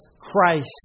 Christ